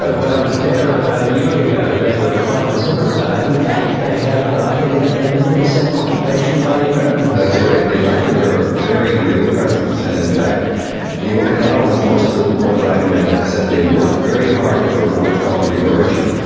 when i was there about a year ago they were quite vociferous about that. in fact they have i think an eleven percent occupation by the americans still. that's right, the americans are a very real presence, and in fact the okinawans, most of the ones i've met, have said they worked very hard for what's called reversion.